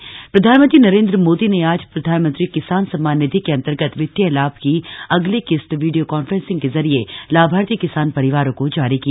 किसान सम्मान निधि प्रधानमंत्री नरेंद्र मोदी ने आज प्रधानमंत्री किसान सम्मान निधि के अंतर्गत वित्तीय लाभ की अगली किस्त वीडियो कॉफ्रेंसिंग के जरिए लाभार्थी किसान परिवारों को जारी की